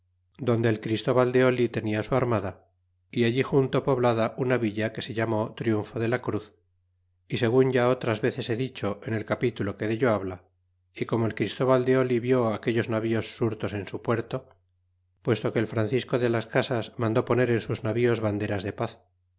donde el christóval de tenia su armada y allí junto poblada una villa que se llamó triunfo de la cruz y segun ya otras veces he dicho en el capítulo que dello habla y como el christóval de or vió aquelles navíos surtos en su puerto puesto que el francisco de las casas mandó poner en sus navíos banderas de paz